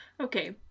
Okay